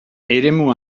eremu